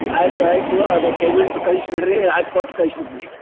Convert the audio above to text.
ಆಯಿತು ಆಯಿತು ಅದು ಪೇಮೆಂಟು ಕಳಿಸ್ಬಿಡ್ರಿ ಹಾಕೊಟ್ಟು ಕಳ್ಸ್ಬಿಡ್ತೀನಿ